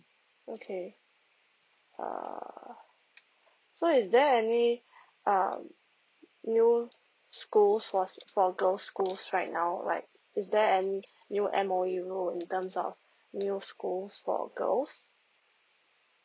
okay uh so is there any um new school source for girl schools right now like is there any new M_O_E rules in terms of new schools for girls